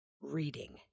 Reading